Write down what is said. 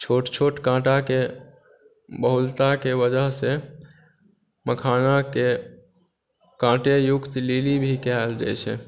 छोट छोट काँटाके बहुलताके वजह से मखानाके काँटेयुक्त लिली भी कयल जाइत छै